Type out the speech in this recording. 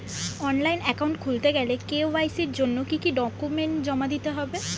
Online account খুলতে গেলে KYC জন্য কি কি ডকুমেন্ট জমা দিতে হবে?